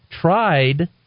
tried